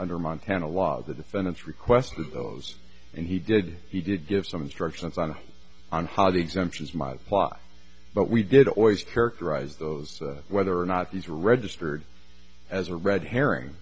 under montana law the defendants requested those and he did he did give some instructions on on how the exemptions my plot but we did always characterize those whether or not these were registered as a red herring